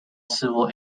civil